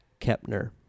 Kepner